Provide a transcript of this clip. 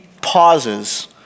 pauses